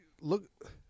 look